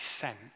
sent